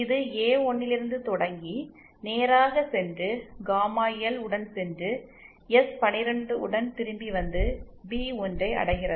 இது ஏ1 லிருந்து தொடங்கி நேராகச் சென்று காமா எல் உடன் சென்று எஸ்12 உடன் திரும்பி வந்து பி1 ஐ அடைகிறது